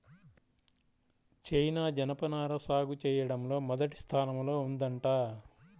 China జనపనార సాగు చెయ్యడంలో మొదటి స్థానంలో ఉందంట